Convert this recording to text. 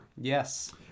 Yes